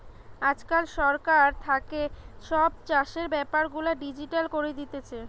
আজকাল সরকার থাকে সব চাষের বেপার গুলা ডিজিটাল করি দিতেছে